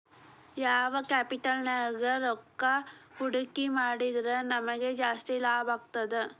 ಯಾವ್ ಕ್ಯಾಪಿಟಲ್ ನ್ಯಾಗ್ ರೊಕ್ಕಾ ಹೂಡ್ಕಿ ಮಾಡಿದ್ರ ನಮಗ್ ಜಾಸ್ತಿ ಲಾಭಾಗ್ತದ?